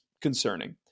concerning